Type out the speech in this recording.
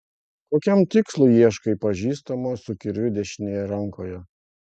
kokiam tikslui ieškai pažįstamo su kirviu dešinėje rankoje